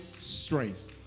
strength